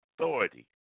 authority